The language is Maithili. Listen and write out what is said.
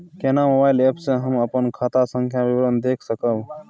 केना मोबाइल एप से हम अपन खाता संख्या के विवरण देख सकब?